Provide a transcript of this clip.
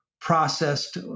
processed